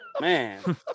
Man